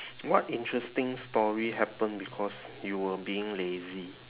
what interesting story happened because you were being lazy